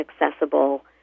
accessible